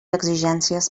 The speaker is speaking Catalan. exigències